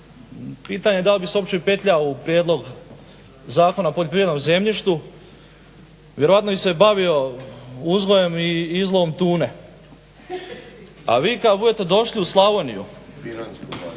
pitanje da li bi se uopće petljao u prijedlog Zakona o poljoprivrednom zemljištu, vjerojatno bih se bavio uzgojem i izlovom tune. A vi kada budete došli u Slavoniju